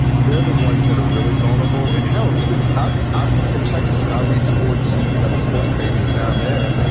they're the ones that are really vulnerable in hell even. i'm i'm from texas and i read sports. you know, the sports pages down there.